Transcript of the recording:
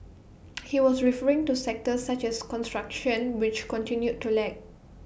he was referring to sectors such as construction which continued to lag